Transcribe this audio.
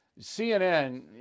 CNN